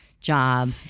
job